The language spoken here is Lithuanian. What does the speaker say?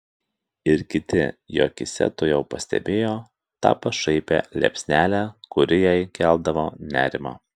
ir kiti jo akyse tuojau pastebėjo tą pašaipią liepsnelę kuri jai keldavo nerimą